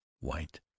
white